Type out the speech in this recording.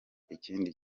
ikindi